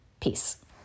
peace